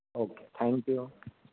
okay thank you